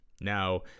Now